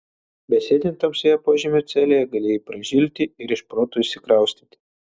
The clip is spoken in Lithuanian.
besėdint tamsioje požemio celėje galėjai pražilti ir iš proto išsikraustyti